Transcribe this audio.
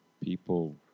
people